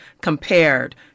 compared